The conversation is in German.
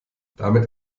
damit